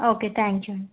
okay thank you